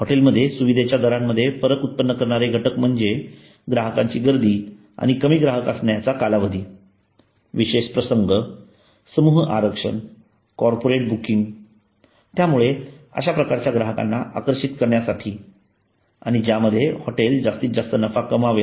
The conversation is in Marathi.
हॉटेल मधील सुविधेच्या दरांमध्ये फरक उत्पन्न करणारे घटक म्हणजे ग्राहकांची गर्दी आणि कमी ग्राहक असण्याचा कालावधी विशेष प्रसंग समूह आरक्षण कॉर्पोरेट बुकिंग त्यामुळे अश्या प्रकारच्या ग्राहकांना आकर्षित करण्यासाठी आणि ज्यामध्ये हॉटेल जास्तीत जास्त नफा कमावेल